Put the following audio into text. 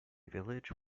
village